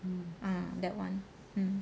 ah that one um